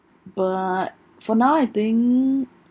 but for now I think